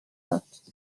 notes